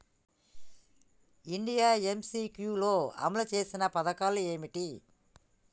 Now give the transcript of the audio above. India MCQ లో అమలు చేసిన పథకాలు ఏమిటి?